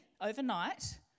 overnight